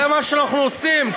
זה מה שאנחנו עושים.